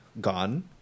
gone